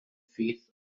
faith